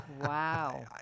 wow